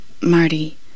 Marty